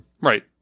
Right